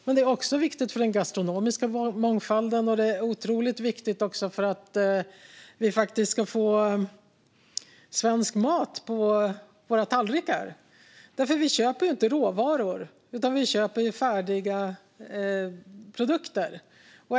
Men den är också viktig för den gastronomiska mångfalden och otroligt viktig för att vi ska få svensk mat på våra tallrikar. Vi köper nämligen inte råvaror, utan vi köper färdiga produkter.